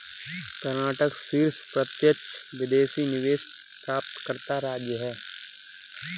कर्नाटक शीर्ष प्रत्यक्ष विदेशी निवेश प्राप्तकर्ता राज्य है